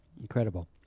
Incredible